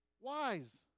Wise